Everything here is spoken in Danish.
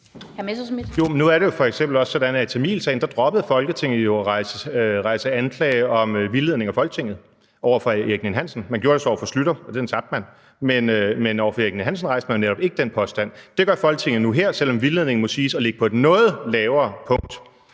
nu er det f.eks. også sådan, at i tamilsagen droppede Folketinget jo at rejse anklage om vildledning af Folketinget over for Erik Ninn-Hansen. Man gjorde det så over for Schlüter, og den sag tabte man. Men over for Erik Ninn-Hansen rejste man netop ikke den påstand. Det gør Folketinget nu her, selv om vildledningen må siges at ligge på et noget lavere punkt.